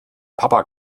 papa